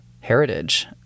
heritage